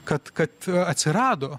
kad kad atsirado